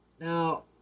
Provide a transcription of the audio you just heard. Now